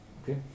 Okay